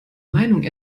meinung